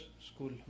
school